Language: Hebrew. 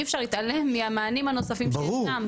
אי אפשר להתעלם מהמניעים הנוספים שישנם.